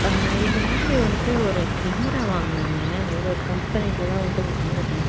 இது மாதிரி வந்துட்டு ஒரு கேமரா வாங்கினேங்க உங்கள் கம்பெனியில தான் வந்துட்டு வாங்கினேன்